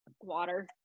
water